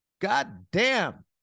Goddamn